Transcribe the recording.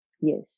Yes